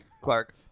Clark